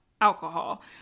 alcohol